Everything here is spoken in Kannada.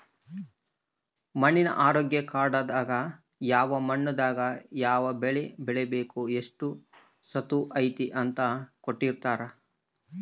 ಮಣ್ಣಿನ ಆರೋಗ್ಯ ಕಾರ್ಡ್ ದಾಗ ಯಾವ ಮಣ್ಣು ದಾಗ ಯಾವ ಬೆಳೆ ಬೆಳಿಬೆಕು ಎಷ್ಟು ಸತುವ್ ಐತಿ ಅಂತ ಕೋಟ್ಟಿರ್ತಾರಾ